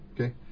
okay